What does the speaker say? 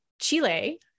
chile